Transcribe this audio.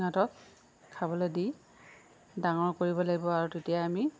সিহঁতক খাবলৈ দি ডাঙৰ কৰিব লাগিব আৰু তেতিয়া আমি